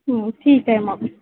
हं ठीक आहे मग